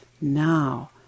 now